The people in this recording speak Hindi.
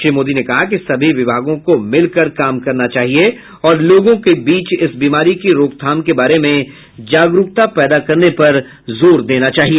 श्री मोदी ने कहा कि सभी विभागों को मिलकर काम करना चाहिए और लोगों के बीच इस बीमारी की रोकथाम के बारे में जागरुकता पैदा करने पर जोर देना चाहिए